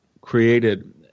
created